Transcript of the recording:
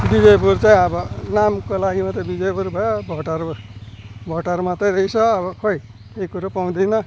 विजयपुर चाहिँ अब नामको लागि मात्रै विजयपुर भयो भोटहरू भोटर मात्रै रहेछ अब खोइ केही कुरो पाउँदिनँ